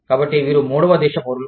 కాబట్టి వీరు మూడవ దేశ పౌరులు